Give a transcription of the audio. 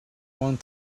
want